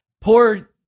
poor